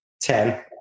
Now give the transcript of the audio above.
Ten